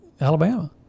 Alabama